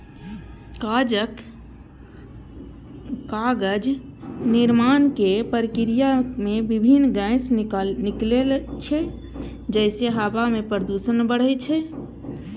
कागज निर्माणक प्रक्रिया मे विभिन्न गैस निकलै छै, जइसे हवा मे प्रदूषण बढ़ै छै